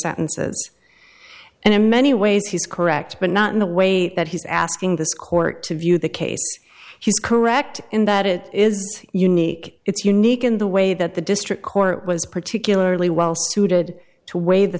sentences and in many ways he's correct but not in the way that he's asking this court to view the case he's correct in that it is unique it's unique in the way that the district court was particularly well suited to weigh the